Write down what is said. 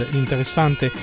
interessante